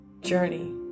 journey